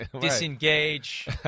Disengage